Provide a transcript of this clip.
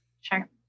Sure